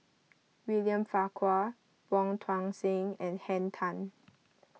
William Farquhar Wong Tuang Seng and Henn Tan